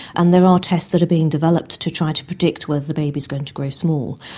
and there are tests that are being developed to try to predict whether the baby is going to grow small.